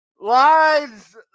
lines